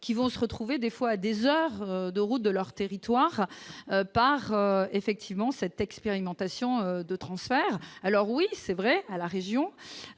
qui vont se retrouver des fois à des heures de route de leur territoire par effectivement cette expérimentation de transfert, alors oui c'est vrai, à la région,